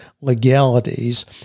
legalities